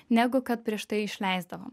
negu kad prieš tai išleisdavom